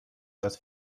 als